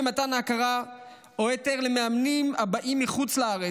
מתן ההכרה או היתר למאמנים הבאים מחוץ לארץ,